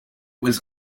was